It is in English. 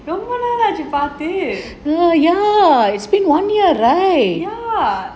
ரொம்ப நாள் ஆச்சு பாத்து:romba naal achu paathu ya